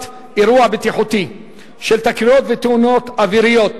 אירוע בטיחותי של תקריות ותאונות אוויריות.